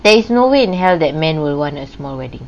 there is no way in hell that man will want a small wedding